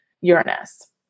Uranus